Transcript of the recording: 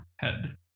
head